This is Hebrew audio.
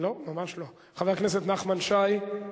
חבר הכנסת נחמן שי,